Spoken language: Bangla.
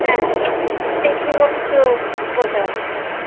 হ্যাঁ কিন্তু কেউ কিছু বলতে পারছি না